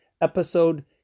episode